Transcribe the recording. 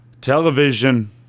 television